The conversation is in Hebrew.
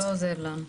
זה לא עוזר לנו.